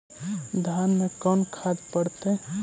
धान मे कोन खाद पड़तै?